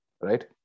right